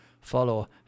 Follow